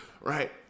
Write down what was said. right